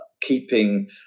keeping